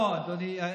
לא, אדוני.